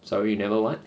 sorry never [what]